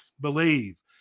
believe